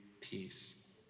peace